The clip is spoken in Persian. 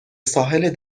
ساحل